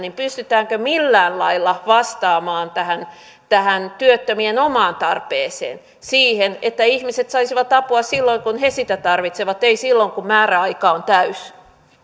pystytäänkö millään lailla vastaamaan tähän tähän työttömien omaan tarpeeseen siihen että ihmiset saisivat apua silloin kun he sitä tarvitsevat ei silloin kun määräaika on täysi